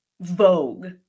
vogue